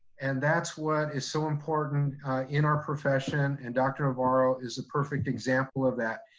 and that's what is so important in our profession. and dr. navarro is a perfect example of that.